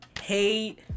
hate